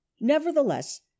nevertheless